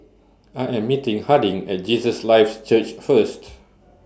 I Am meeting Harding At Jesus Lives Church First